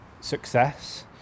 success